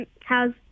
how's